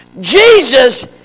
Jesus